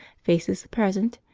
faces the present,